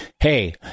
hey